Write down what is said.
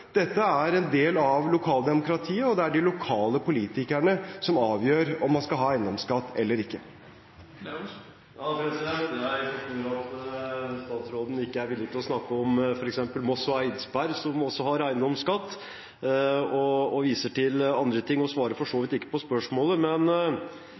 Dette er en del av lokaldemokratiet, og det er de lokale politikerne som avgjør om man skal ha eiendomsskatt eller ikke. Jeg forstår at statsråden ikke er villig til å snakke om f.eks. Moss og Eidsberg, som også har eiendomsskatt. Han viser til andre ting og svarer for så